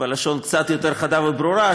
בלשון קצת יותר חדה וברורה,